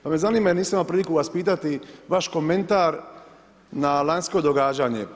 Pa me zanima, nisam imao priliku vas pitati vaš komentar na lanjsko događanje.